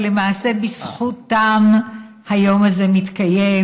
אבל למעשה בזכותם היום הזה מתקיים,